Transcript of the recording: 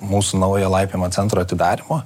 mūsų naujo laipiojimo centro atidarymo